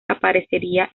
aparecería